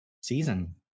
season